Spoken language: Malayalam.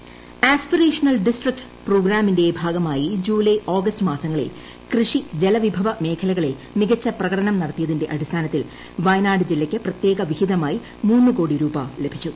വയനാട് പ്രത്യേക വിഹിതം ആസ്പിരേഷണൽ ഡിസ്ട്രിക്ട് പ്രോഗ്രാമിന്റെ ഭാഗമായി ജൂലൈ ഓഗസ്റ്റ് മാസങ്ങളിൽ കൃഷി ജല വിഭവ മേഖലകളിൽ മികച്ച പ്രകടനം നടത്തിയതിന്റെ അടിസ്ഥാനത്തിൽ വയനാട് ജില്ലയ്ക്ക് പ്രത്യേക വിഹിതമായി മൂന്ന് കോടി രൂപ ലഭിച്ചു